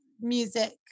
music